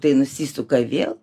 tai nusisuka vėl